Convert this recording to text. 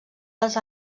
les